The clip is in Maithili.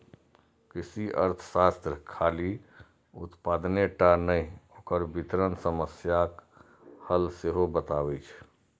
कृषि अर्थशास्त्र खाली उत्पादने टा नहि, ओकर वितरण समस्याक हल सेहो बतबै छै